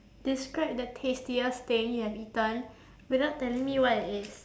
describe the tastiest thing you've eaten without telling me what it is